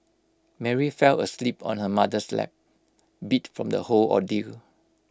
Mary fell asleep on her mother's lap beat from the whole ordeal